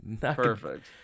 Perfect